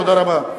תודה רבה.